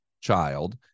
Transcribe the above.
child